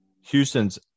Houston's